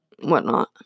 whatnot